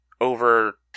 over